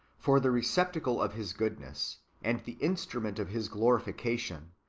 for the receptacle of his goodness, and the instrument of his glorification,